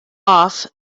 off